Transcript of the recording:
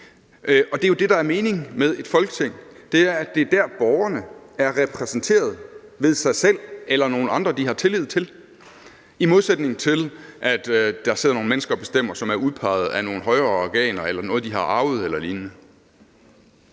samme, og det, der er meningen med et Folketing, er jo, at det er dér, borgerne er repræsenteret ved sig selv eller nogle andre, de har tillid til, i modsætning til at der sidder nogle mennesker og bestemmer, som er udpeget af nogle højere organer eller ud fra noget, de har arvet eller lignende.